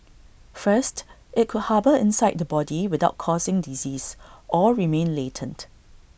first IT could harbour inside the body without causing disease or remain latent